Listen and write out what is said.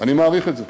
אני מעריך את זה.